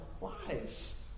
lives